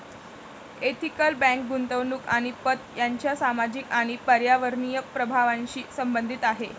ethical bank गुंतवणूक आणि पत यांच्या सामाजिक आणि पर्यावरणीय प्रभावांशी संबंधित आहे